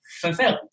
fulfilled